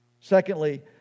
Secondly